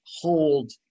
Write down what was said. hold